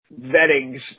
vettings